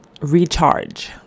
recharge